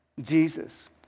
Jesus